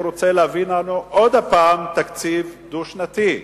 הוא רוצה להביא לנו עוד פעם תקציב דו-שנתי.